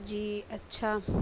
جی اچھا